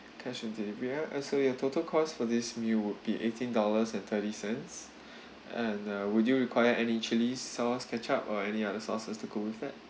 cash on delivery uh so your total cost for this meal would be eighteen dollars and thirty cents and uh would you require any chili sauce ketchup or any other sauces to go with that